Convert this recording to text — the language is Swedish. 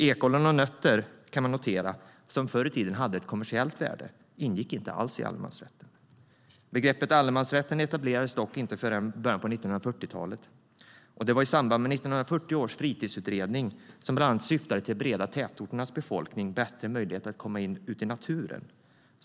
Man kan notera att ekollon och nötter, som förr i tiden hade ett kommersiellt värde, inte ingick alls i allemansrätten. Begreppet allemansrätt etablerades dock inte förrän i början av 1940-talet. Det var i samband med 1940 års Fritidsutredning, som bland annat syftade till att bereda tätorternas befolkning bättre möjligheter att komma ut i naturen.